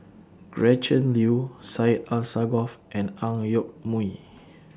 Gretchen Liu Syed Alsagoff and Ang Yoke Mooi